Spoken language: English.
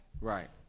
Right